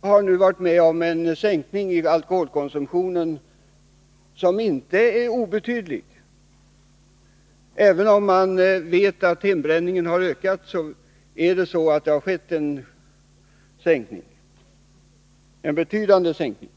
har nu varit med om en sänkning av alkoholkonsumtionen som inte är obetydlig. Även om man vet att hembränningen har ökat, har det skett en betydande sänkning.